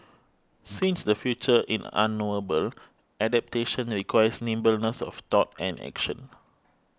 since the future in unknowable adaptation and requires nimbleness of thought and action